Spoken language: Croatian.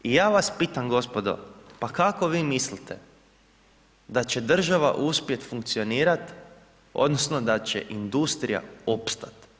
I ja vas pitam gospodo, pa kako vi mislite da će država uspjet funkcionirati odnosno da će industrija opstati.